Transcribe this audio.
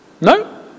No